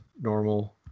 normal